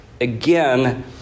again